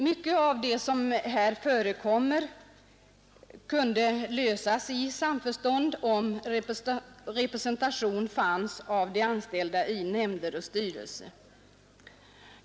Mycket av det som här förekommer kunde lösas i samförstånd, om representation för de anställda fanns i nämnder och styrelser.